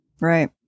Right